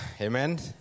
Amen